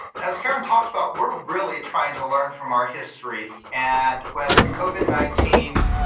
as karen talked about we're really trying to learn from our history and when covid nineteen